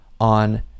on